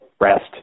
Rest